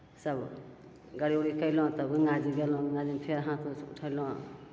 सब गाड़ी उड़ी कएलहुँ तब गङ्गाजी गेलहुँ गङ्गाजीमे फेर हाथ उथ उठेलहुँ